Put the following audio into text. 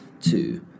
two